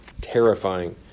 terrifying